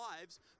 lives